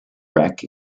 wreck